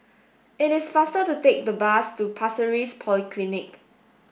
it is faster to take the bus to Pasir Ris Polyclinic